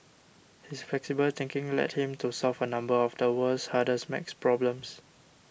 his flexible thinking led him to solve a number of the world's hardest math problems